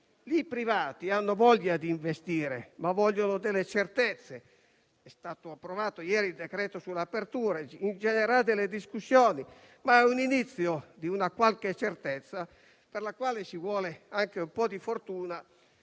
I privati hanno voglia di investire, ma vogliono certezze. È stato approvato ieri il decreto per le riaperture e si sono ingenerate delle discussioni. È l'inizio di una qualche certezza, per la quale ci vuole anche un po' di fortuna.